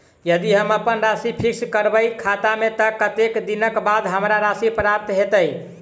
यदि हम अप्पन राशि फिक्स करबै खाता मे तऽ कत्तेक दिनक बाद हमरा राशि प्राप्त होइत?